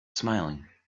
smiling